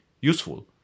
useful